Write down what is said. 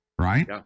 right